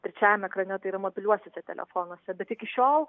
trečiajame ekrane tai yra mobiliuosiuose telefonuose bet iki šiol